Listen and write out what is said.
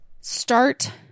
Start